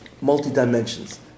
multi-dimensions